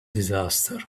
disaster